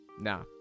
nah